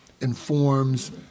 informs